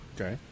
okay